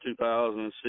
2006